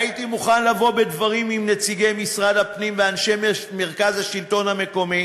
הייתי מוכן לבוא בדברים עם נציגי משרד הפנים ואנשי מרכז השלטון המקומי,